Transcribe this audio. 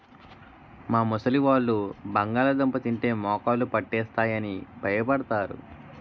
మా ముసలివాళ్ళు బంగాళదుంప తింటే మోకాళ్ళు పట్టేస్తాయి అని భయపడతారు